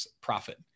Profit